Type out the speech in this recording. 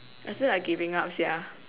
I feel like giving up sia